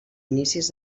inicis